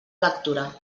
lectura